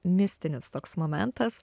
mistinis toks momentas